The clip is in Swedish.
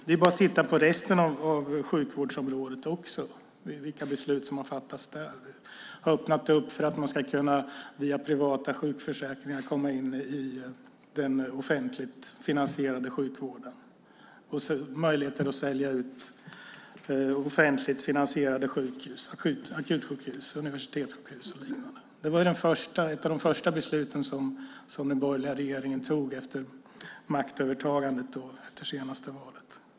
Vi kan titta på resten av sjukvårdsområdet och se vilka beslut som har fattats där. Man har öppnat för att man via privata sjukförsäkringar ska kunna komma in i den offentligt finansierade sjukvården. Man har öppnat för att sälja ut offentligt finansierade akutsjukhus, universitetssjukhus och liknande. Det var ett av de första beslut som den borgerliga regeringen tog efter maktövertagandet efter det senaste valet.